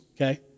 okay